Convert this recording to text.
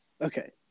Okay